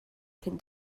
cyn